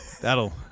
That'll